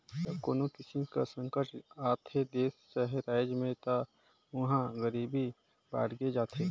जब कोनो किसिम कर संकट आथे देस चहे राएज में ता उहां गरीबी बाड़गे जाथे